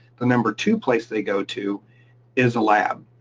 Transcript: the number two place they go to is a lab.